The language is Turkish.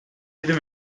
yedi